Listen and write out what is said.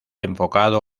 enfocado